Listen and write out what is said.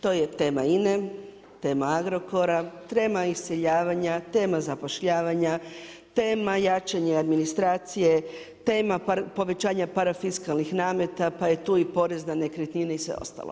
To je tema INA-e, tema Agrokora, tema iseljavanja, tema zapošljavanja, tema jačanja administracije, tema povećanja parafiskalnih nameta, pa je tu i porez na nekretnine i sve ostalo.